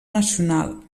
nacional